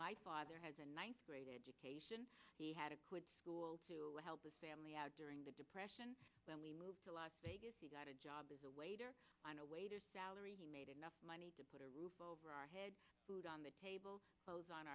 my father has a ninth grade education he had a good school to help his family out during the depression then we moved to las vegas a job as a waiter and a waiter salary he made enough money to put a roof over our head moved on the table clothes on